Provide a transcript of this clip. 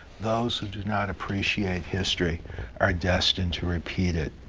those who do not appreciate history are destined to repeat it.